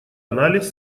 анализ